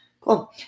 Cool